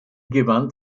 gewann